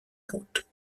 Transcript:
route